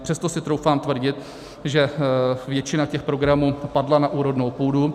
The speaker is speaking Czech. Přesto si troufám tvrdit, že většina těch programů padla na úrodnou půdu.